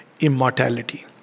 immortality